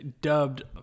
dubbed